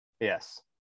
Yes